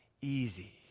Easy